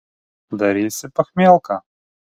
darysi pachmielką